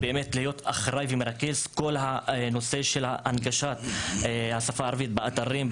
שיהיה אחראי ומרכז כל נושא הנגשת השפה הערבית באתרים,